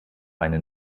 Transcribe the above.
eine